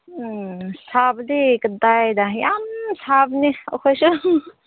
ꯎꯝ ꯁꯥꯕꯗꯤ ꯀꯗꯥꯏꯗ ꯌꯥꯝ ꯁꯥꯕꯅꯤ ꯑꯩꯈꯣꯏꯁꯨ